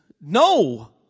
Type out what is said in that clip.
No